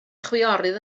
chwiorydd